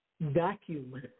vacuum